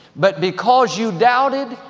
but because you doubted,